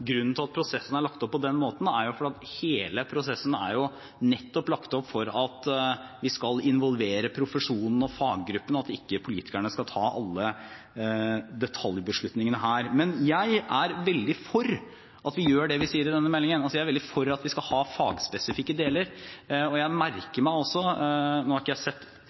Grunnen til at prosessen er lagt opp på den måten, er nettopp at vi skal involvere profesjonen og faggruppene, og at politikerne ikke skal ta alle detaljbeslutningene her. Men jeg er veldig for at vi gjør det vi sier i denne meldingen – altså, jeg er veldig for at vi skal ha fagspesifikke deler. Nå husker jeg ikke ordlyden i de konkrete merknadene om dette, men jeg merker meg